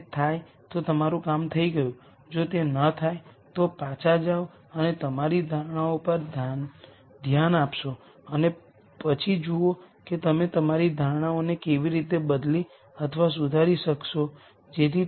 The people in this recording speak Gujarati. તેથી અમે જોયું કે જો આપણી પાસે સિમેટ્રિક મેટ્રિક્સ છે તો તેમની પાસે રીયલ આઇગન વૅલ્યુઝ છે